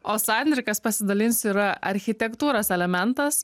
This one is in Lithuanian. o sandrikas pasidalinsiu yra architektūros elementas